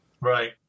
Right